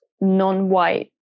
non-white